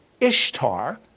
Ishtar